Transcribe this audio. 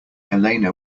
elena